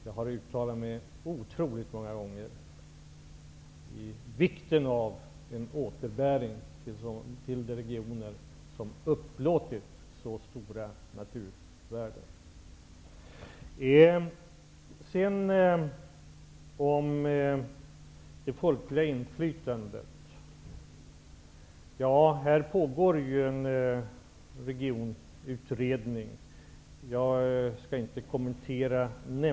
Jag har uttalat mig otroligt många gånger om vikten av en återbäring till de regioner som upplåtit så stora naturvärden. När det gäller det folkliga inflytandet vill jag säga att det pågår en regionutredning. Jag skall inte nämnvärt kommentera den.